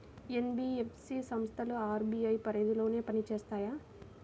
NBFC సంస్థలు RBI పరిధిలోనే పని చేస్తాయా?